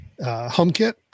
HomeKit